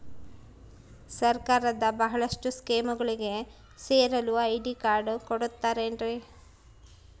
ಸರ್ಕಾರದ ಬಹಳಷ್ಟು ಸ್ಕೇಮುಗಳಿಗೆ ಸೇರಲು ಐ.ಡಿ ಕಾರ್ಡ್ ಕೊಡುತ್ತಾರೇನ್ರಿ?